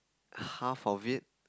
half of it